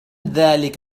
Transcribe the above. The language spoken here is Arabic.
ذلك